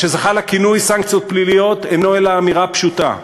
מה שזכה לכינוי "סנקציות פליליות" אינו אלא אמירה פשוטה: